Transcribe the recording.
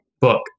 book